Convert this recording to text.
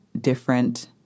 different